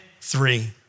three